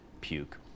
Puke